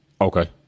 Okay